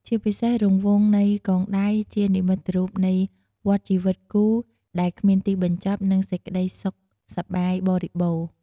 ជាពិសេស រង្វង់នៃកងដៃជានិមិត្តរូបនៃ វដ្ដជីវិតគូដែលគ្មានទីបញ្ចប់ និង សេចក្តីសុខសប្បាយបរិបូរណ៍។